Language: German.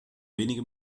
wenige